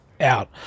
out